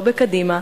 לא בקדימה,